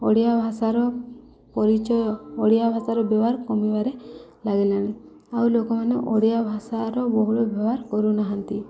ଓଡ଼ିଆ ଭାଷାର ପରିଚୟ ଓଡ଼ିଆ ଭାଷାର ବ୍ୟବହାର କମିବାରେ ଲାଗିଲାଣି ଆଉ ଲୋକମାନେ ଓଡ଼ିଆ ଭାଷାର ବହୁଳ ବ୍ୟବହାର କରୁନାହାନ୍ତି